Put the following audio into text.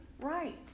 Right